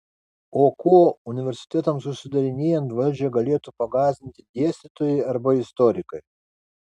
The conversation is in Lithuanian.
o kuo universitetams užsidarinėjant valdžią galėtų pagąsdinti dėstytojai arba istorikai